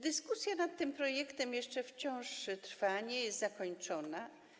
Dyskusja nad tym projektem jeszcze wciąż trwa, nie jest zakończona.